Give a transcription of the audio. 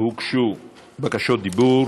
הוגשו בקשות דיבור.